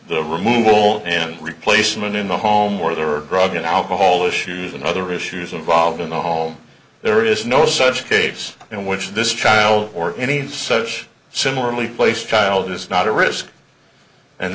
the removal and replacement in the home where there are drug and alcohol issues and other issues involved in the home there is no such case in which this child or any such similarly placed child is not at risk and